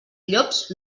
llops